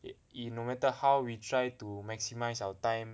it no matter how we try to maximise our time